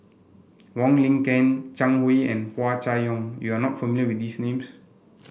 Wong Lin Ken Zhang Hui and Hua Chai Yong you are not familiar with these names